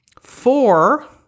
four